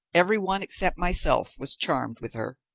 every one, except myself, was charmed with her.